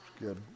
good